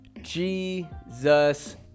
Jesus